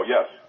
yes